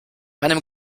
einem